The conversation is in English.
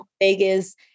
Vegas